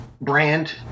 brand